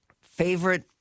favorite